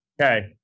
Okay